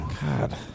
God